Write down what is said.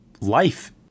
life